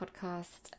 podcast